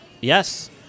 Yes